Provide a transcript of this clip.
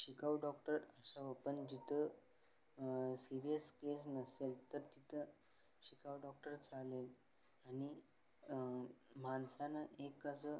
शिकाऊ डॉक्टर असावं पण जिथं सिरीयस केस नसेल तर तिथं शिकाऊ डॉक्टर चालेल आणि माणसानं एक असं